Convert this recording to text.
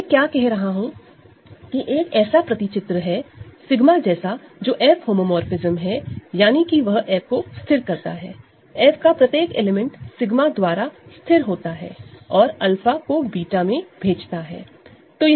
अब मैं क्या कह रहा हूं कि एक ऐसा मैप है𝜎 जैसा जो F होमोमोरफ़िज्म है यानी कि वह F को फिक्स करता है F का प्रत्येक एलिमेंट 𝜎 द्वारा स्थिर होता है और 𝛂 को β में भेजता है